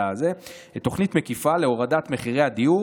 תוכנית מקיפה להורדת מחירי הדיור